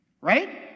Right